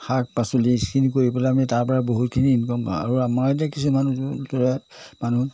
শাক পাচলি সেইখিনি কৰি পেলাই আমি তাৰ পৰা বহুতখিনি ইনকাম পাওঁ আৰু আমাৰ এতিয়া কিছুমান মানুহ